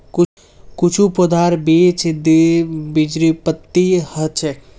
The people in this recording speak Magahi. कुछू पौधार बीज द्विबीजपत्री ह छेक